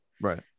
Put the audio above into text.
right